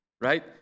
right